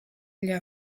для